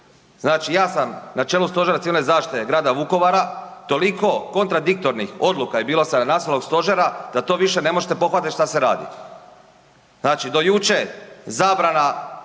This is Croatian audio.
Znači ja sam na čelu Stožera civilne zaštite Grada Vukovara, toliko kontradiktornih odluka je bilo sa nacionalnog stožera da to više ne možete pohvatati šta se radi. Znači do jučer zabrana,